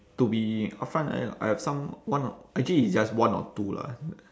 to be upfront I I have some one or actually it's just one or two lah